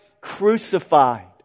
Crucified